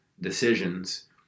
decisions